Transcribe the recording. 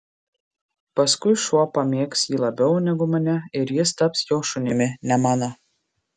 paskui šuo pamėgs jį labiau negu mane ir jis taps jo šunimi ne mano